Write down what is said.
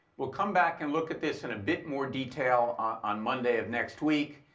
we'll come back and look at this in a bit more detail on monday of next week.